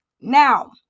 Now